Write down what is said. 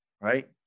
Right